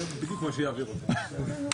זה בדיוק מה שיעביר אותה.